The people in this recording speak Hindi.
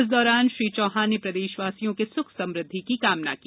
इस दौरान श्री चौहान ने प्रदेशवासियों के सुख समृद्धि की कामना की